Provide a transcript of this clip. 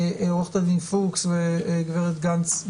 עו"ד פוקס והגב' גנס,